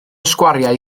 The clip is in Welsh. sgwariau